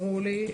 ברור לי.